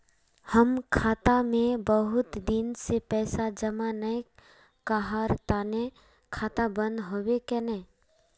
हम खाता में बहुत दिन से पैसा जमा नय कहार तने खाता बंद होबे केने?